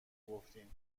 گفتین